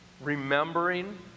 remembering